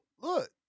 look